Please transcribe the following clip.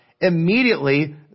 immediately